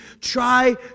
try